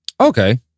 Okay